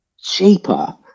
cheaper